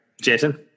Jason